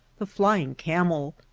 the flying camel,